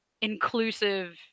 inclusive